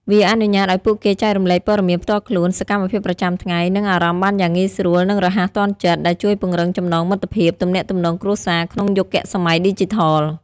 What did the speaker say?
វាអនុញ្ញាតឱ្យពួកគេចែករំលែកព័ត៌មានផ្ទាល់ខ្លួន សកម្មភាពប្រចាំថ្ងៃ និងអារម្មណ៍បានយ៉ាងងាយស្រួលនិងរហ័សទាន់ចិត្ត ដែលជួយពង្រឹងចំណងមិត្តភាព ទំនាក់ទំនងគ្រួសារក្នុងយុគសម័យឌីជីថល។